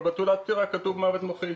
אבל בתעודת הפטירה כתוב מוות מוחי,